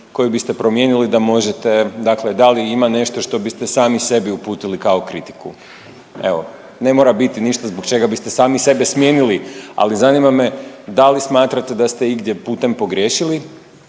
koji biste promijenili da možete, dakle da li ima nešto što biste sami sebi uputili kao kritiku? Evo, ne mora biti ništa zbog čega biste sami sebe smijenili, ali zanima me da li smatrate da ste igdje putem pogriješili,